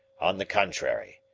on the contrary,